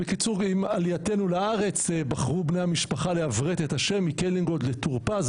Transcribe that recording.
עם עלייתנו לארץ בחרו בני המשפחה לעברת את השם מקלינגולד לטור פז,